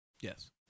yes